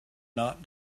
not